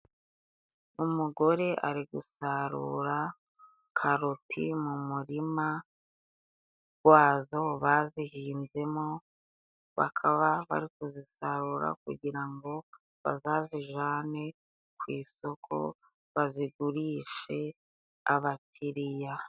Umugore ari gusarura karoti mu murima wazo bazihinzemo, bakaba bari kuzisarura kugira ngo bazazijane ku isoko bazigurishe abakiriya.